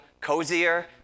cozier